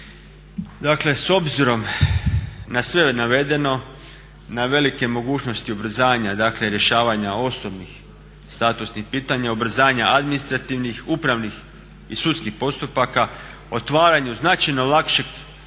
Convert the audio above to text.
S obzirom na sve navedeno na velike mogućnosti ubrzanja rješavanja osobnih statusnih pitanja, ubrzanja administrativnih, upravnih i sudskih postupaka, otvaranju znatno lakšeg i